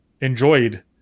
enjoyed